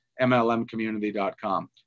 mlmcommunity.com